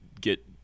get